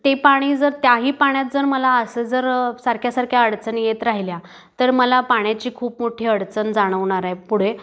ते पाणी जर त्याही पाण्यात जर मला असं जर सारख्यासारख्या अडचणी येत राहिल्या तर मला पाण्याची खूप मोठी अडचण जाणवणार आहे पुढे